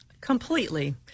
Completely